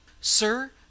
Sir